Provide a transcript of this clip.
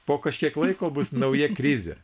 po kažkiek laiko bus nauja krizė